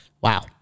Wow